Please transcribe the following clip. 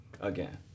again